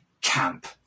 camp